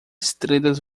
estrelas